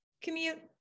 commute